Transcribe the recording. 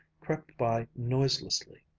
crept by noiselessly.